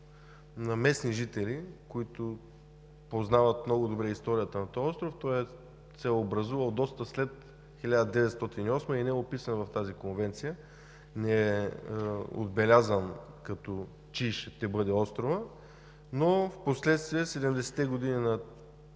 на местни жители, които познават много добре историята на този остров, той се е образувал доста след 1908 г. и не е описан в тази конвенция, не е отбелязано чий ще бъде островът, но впоследствие, през 70-те години на